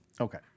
Okay